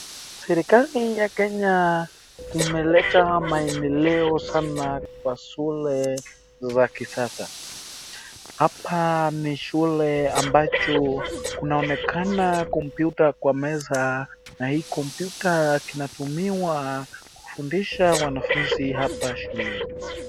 Serikali ya Kenya imeleta maendeleo sana kwa shule za kisasa. Hapa ni shule ambacho kunaonekana kompyuta kwa meza na hii kompyuta kinatumiwa kufundisha wanafunzi hapa shuleni.